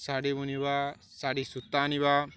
ଶାଢ଼ୀ ବୁଣିବା ଶାଢ଼ୀ ସୂତା ଆଣିବା